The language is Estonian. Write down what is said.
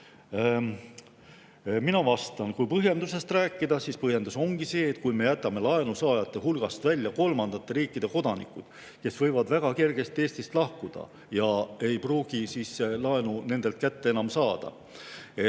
Mina vastan. Kui põhjendusest rääkida, siis põhjendus ongi see, et kui me jätame laenusaajate hulgast välja kolmandate riikide kodanikud, kes võivad väga kergesti Eestist lahkuda, nii et neilt ei pruugi laenu kätte saada,